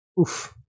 Oof